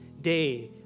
day